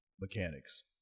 mechanics